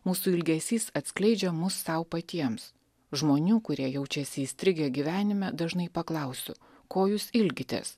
mūsų ilgesys atskleidžia mus sau patiems žmonių kurie jaučiasi įstrigę gyvenime dažnai paklausiu ko jūs ilgitės